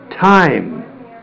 Time